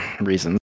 reasons